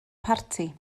parti